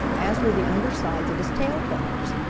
as were the under sides of his tail feathers.